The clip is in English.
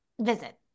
visit